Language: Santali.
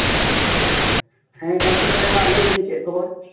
ᱟᱪᱪᱷᱟ ᱦᱮᱸ ᱜᱚᱢᱠᱮ ᱛᱟᱦᱚᱞᱮ ᱢᱟ ᱞᱟᱹᱭᱵᱮᱱ ᱪᱮᱫ ᱠᱷᱚᱵᱚᱨ